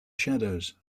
shadows